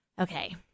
okay